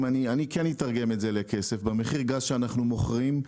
אני כן אתרגם את זה לכסף: במחיר גז שאנחנו מוכרים,